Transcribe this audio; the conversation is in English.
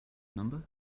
number